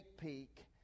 peek